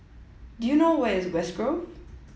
do you know where is West Grove